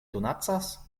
donacas